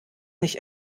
nicht